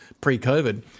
pre-COVID